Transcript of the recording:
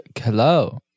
Hello